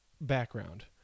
background